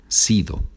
sido